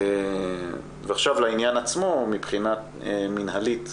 לעניין עצמו מבחינה מנהלית.